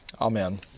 Amen